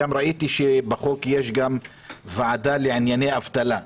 ראיתי שבחוק יש גם ועדה לענייני אבטלה,